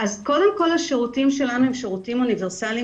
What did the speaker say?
אז קודם כל השירותים שלנו הם שירותים אוניברסאליים